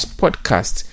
podcast